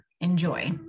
enjoy